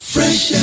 Fresh